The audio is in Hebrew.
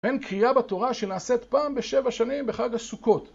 אין קריאה בתורה שנעשית פעם בשבע שנים בחג הסוכות.